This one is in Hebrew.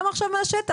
גם עכשיו מהשטח.